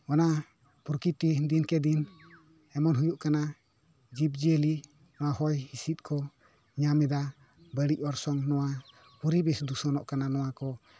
ᱚᱱᱟ ᱯᱨᱚᱠᱤᱛᱤ ᱫᱤᱱ ᱠᱮ ᱫᱤᱱ ᱮᱢᱚᱱ ᱦᱩᱭᱩᱜ ᱠᱟᱱᱟ ᱡᱤᱵᱽ ᱡᱤᱭᱟᱹᱞᱤ ᱚᱱᱟ ᱦᱚᱭ ᱦᱤᱸᱥᱤᱫ ᱠᱚ ᱧᱟᱢ ᱮᱫᱟ ᱵᱟᱹᱲᱤᱡ ᱚᱨᱥᱚᱝ ᱱᱚᱣᱟ ᱯᱚᱨᱤᱵᱮᱥ ᱫᱩᱥᱚᱱᱚᱜ ᱠᱟᱱᱟ ᱱᱚᱣᱟ ᱠᱚ